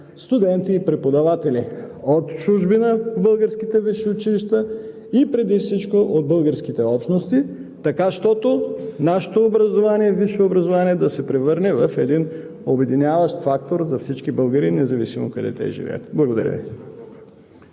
студенти и преподаватели от чужбина в българските висши училища и преди всичко от българските общности, така щото нашето висше образование да се превърне в един обединяващ фактор за всички българи, независимо къде живеят те. Благодаря Ви.